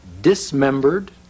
dismembered